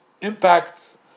impact